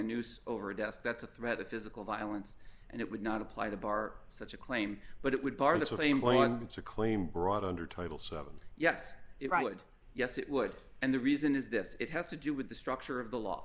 noose over a desk that's a threat of physical violence and it would not apply to bar such a claim but it would bar the same claim brought under title seven yes it would yes it would and the reason is this it has to do with the structure of the law